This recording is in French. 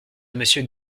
monsieur